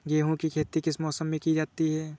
गेहूँ की खेती किस मौसम में की जाती है?